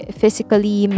physically